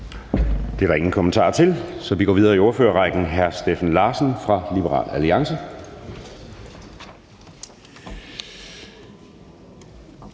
Det er der ingen korte bemærkninger til, så vi går videre i ordførerrækken. Hr. Steffen Larsen fra Liberal Alliance.